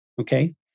Okay